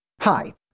Hi